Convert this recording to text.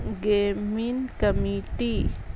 گیمین committee